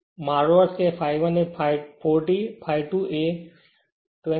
મારો અર્થ ∅1 એ 40 ∅2 એ 28